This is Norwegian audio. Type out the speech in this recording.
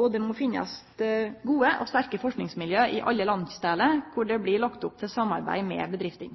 og det må i alle landsdelar finnast gode og sterke forskingsmiljø der ein legg opp til samarbeid med bedriftene.